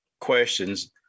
questions